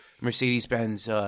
Mercedes-Benz